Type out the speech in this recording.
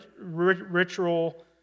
ritual